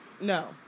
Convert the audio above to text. no